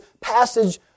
passage